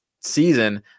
Season